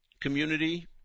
community